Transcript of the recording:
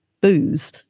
booze